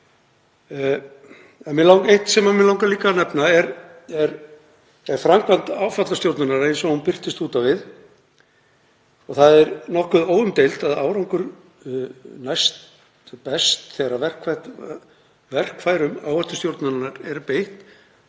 eitt sem mig langar líka að nefna og það er framkvæmd áfallastjórnunar eins og hún birtist út á við. Það er nokkuð óumdeilt að árangur næst best þegar verkfærum áhættustjórnunar er beitt